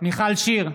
מיכל שיר סגמן,